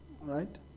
Right